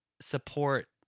support